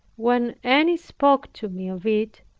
when any spoke to me of it,